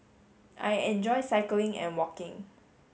I enjoy cycling and walking